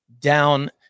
down